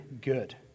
good